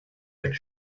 del